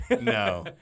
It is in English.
no